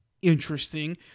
interesting